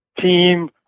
team